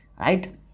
right